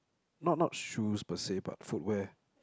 not not shoes per se but footwear